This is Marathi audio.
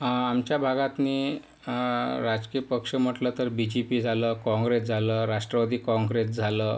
आमच्या भागातनी राजकीय पक्ष म्हटलं तर बी जे पी झालं काँग्रेस झालं राष्ट्रवादी काँग्रेस झालं